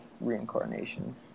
reincarnation